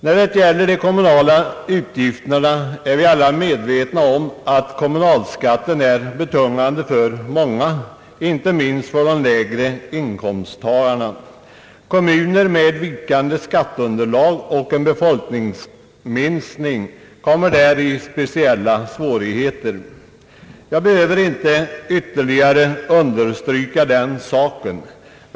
I fråga om de kommunala utgifterna är vi alla medvetna om att inkomstskatten är betungande för många — inte minst för de lägre inkomsttagarna. Kommuner med vikande skatteunderlag och en befolkningsminskning kommer här i speciella svårigheter. Jag behöver inte ytterligare understryka den saken.